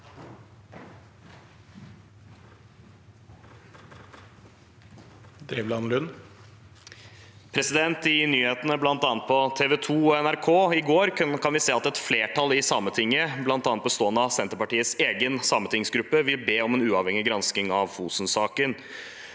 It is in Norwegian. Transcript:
I nyhetene bl.a. på TV 2 og NRK i går kunne vi se at et flertall i Sametinget, bl.a. bestående av Senterpartiets egen sametingsgruppe, vil be om en uavhengig gransking av Fosen-saken.